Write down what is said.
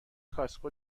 کاسکو